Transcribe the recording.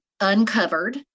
uncovered